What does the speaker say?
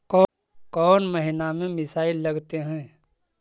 कौन महीना में मिसाइल लगते हैं?